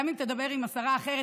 גם אם תדבר עם השרה האחרת,